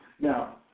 Now